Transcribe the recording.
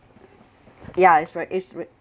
ya it's very it's